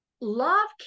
love